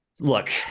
Look